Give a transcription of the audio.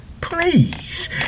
please